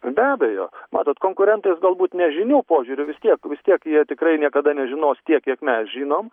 be abejo matot konkurentai galbūt ne žinių požiūriu vis tiek vis tiek jie tikrai niekada nežinos tiek kiek mes žinom